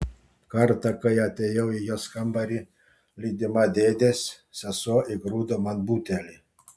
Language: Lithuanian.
kartą kai atėjau į jos kambarį lydima dėdės sesuo įgrūdo man butelį